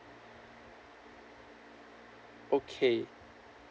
okay